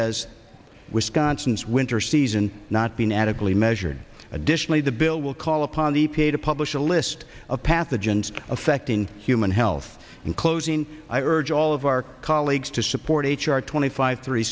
as wisconsin's winter season not being adequately measured additionally the bill will call upon the e p a to publish a list of pathogens affecting human health and closing i urge all of our colleagues to support h r twenty five three